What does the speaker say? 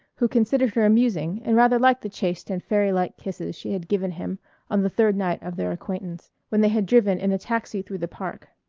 who considered her amusing and rather liked the chaste and fairylike kisses she had given him on the third night of their acquaintance, when they had driven in a taxi through the park.